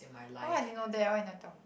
!huh! why I didn't know that why you never tell